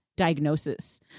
diagnosis